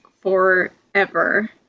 forever